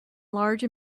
large